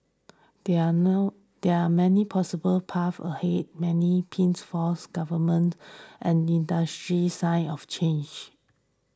there are no there are many possible pathways ahead many potential pitfalls governments and industry signs of change